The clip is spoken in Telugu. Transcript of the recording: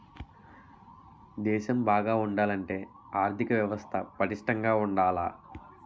దేశం బాగా ఉండాలంటే ఆర్దిక వ్యవస్థ పటిష్టంగా ఉండాల